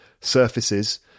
surfaces